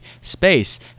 space